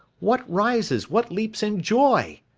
what rises, what leaps in joy?